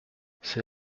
c’est